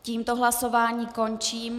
Tímto hlasování končím.